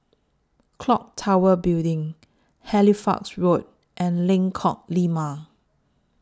Clock Tower Building Halifax Road and Lengkong Lima